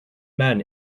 men